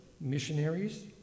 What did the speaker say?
missionaries